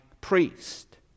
priest